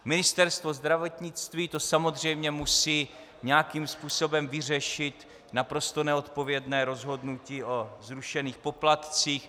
Ministerstvo zdravotnictví samozřejmě musí nějakým způsobem vyřešit naprosto neodpovědné rozhodnutí o zrušených poplatcích.